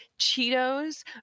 Cheetos